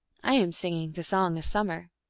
i am singing the song of summer.